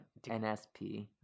NSP